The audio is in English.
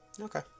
Okay